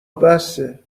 بسه